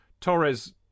Torres